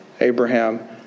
Abraham